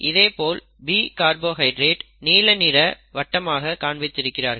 இதேபோல் B carbohydrate நீல நிற வட்டமாக காண்பித்திருக்கிறார்கள்